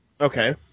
Okay